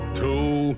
two